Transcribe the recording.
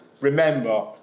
remember